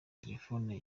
telefoni